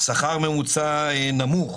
שכר ממוצע נמוך